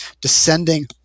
descending